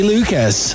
Lucas